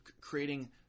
creating